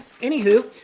Anywho